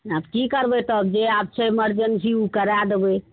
आब की करबय तब जे आब छै इमरजेन्सी उ करा देबय